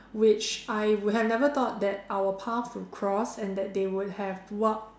which I would have never thought that our path would cross and that they would have worked